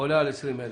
עולה על 20,000